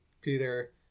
Peter